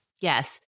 Yes